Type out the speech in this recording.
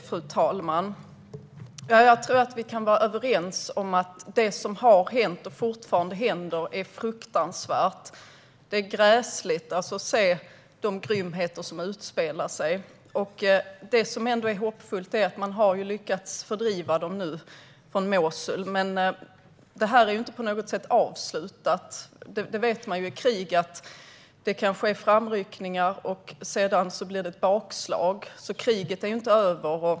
Fru talman! Jag tror att vi kan vara överens om att det som har hänt och fortfarande händer är fruktansvärt. Det är gräsligt att se de grymheter som utspelar sig. Det som ändå är hoppfullt är att man nu har lyckats fördriva dem från Mosul. Men det är inte på något sätt avslutat. Man vet i krig att det kan ske framryckningar, och sedan blir det ett bakslag. Kriget är inte över.